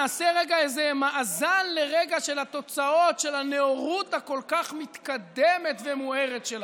נעשה לרגע איזה מאזן של התוצאות של הנאורות הכל-כך מתקדמת ומוארת שלכם.